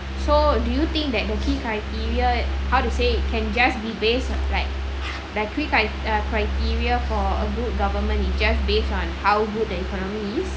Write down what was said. so do you think that the key criteria how to say it can just be based like like key cri~ uh criteria for a good government it just based on how good the economy is